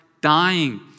dying